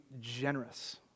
generous